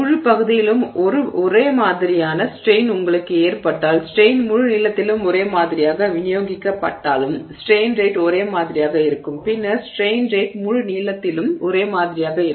முழு பகுதியிலும் ஒரே மாதிரியான ஸ்ட்ரெய்ன் உங்களுக்கு ஏற்பட்டால் ஸ்ட்ரெய்ன் முழு நீளத்திலும் ஒரே மாதிரியாக விநியோகிக்கப்பட்டாலும் ஸ்ட்ரெய்ன் ரேட் ஒரே மாதிரியாக இருக்கும் பின்னர் ஸ்ட்ரெய்ன் ரேட் முழு நீளத்திலும் ஒரே மாதிரியாக இருக்கும்